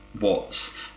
watts